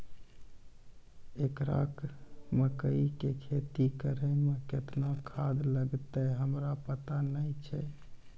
एक एकरऽ मकई के खेती करै मे केतना खाद लागतै हमरा पता नैय छै?